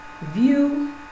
view